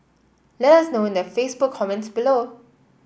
let us know in the Facebook comments below